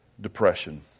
depression